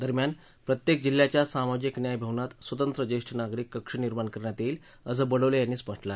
दरम्यान प्रत्येक जिल्ह्याच्या सामाजिक न्याय भवनात स्वतंत्र ज्येष्ठ नागरिक कक्ष निर्माण करण्यात येईल असं बडोले यांनी म्हटलं आहे